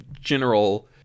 general